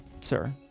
sir